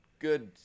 good